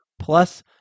Plus